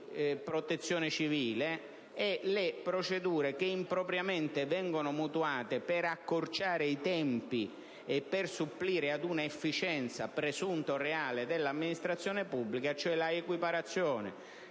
protezione civile e quelle che impropriamente vengono mutuate da queste per accorciare i tempi e supplire ad un'inefficienza, presunta o reale, dell'amministrazione pubblica, cioè all'equiparazione